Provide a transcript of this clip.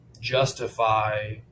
justify